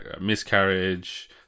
miscarriage